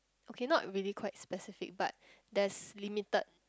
okay not really quite specific but there's limited